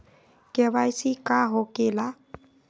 KYC का हो के ला?